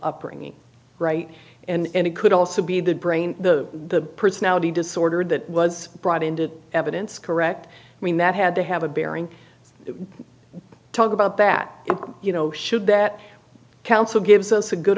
upbringing right and it could also be the brain the personality disorder that was brought into evidence correct i mean that had to have a bearing to talk about that you know should that counsel gives us a good